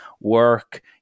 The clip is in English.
work